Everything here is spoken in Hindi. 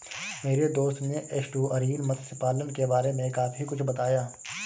मेरे दोस्त ने एस्टुअरीन मत्स्य पालन के बारे में काफी कुछ बताया